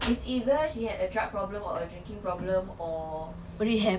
it's either she had a drug problem or a drinking problem or